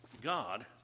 God